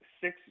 six